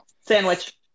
Sandwich